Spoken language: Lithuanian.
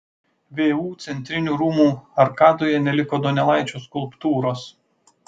vu centrinių rūmų arkadoje neliko donelaičio skulptūros